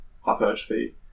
hypertrophy